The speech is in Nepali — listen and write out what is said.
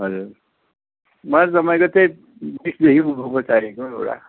हजुर मलाई त मैले त्यही बिसदेखि उँभोको चाहिएको एउटा